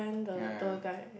ya